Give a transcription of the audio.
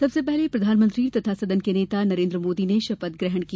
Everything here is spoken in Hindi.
सबसे पहले प्रधानमंत्री तथा सदन के नेता नरेन्द्र मोदी ने शपथ ग्रहण की